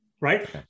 right